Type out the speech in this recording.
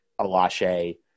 Alache